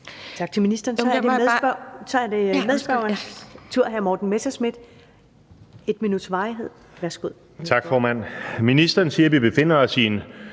Ministeren siger, vi befinder os i en